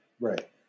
Right